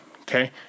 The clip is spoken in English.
Okay